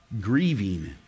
Grieving